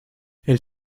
elle